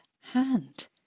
hand